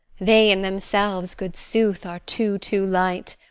they in themselves, good sooth, are too-too light.